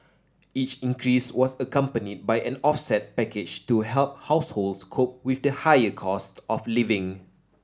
each increase was accompanied by an offset package to help households cope with the higher costs of living